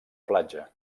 platja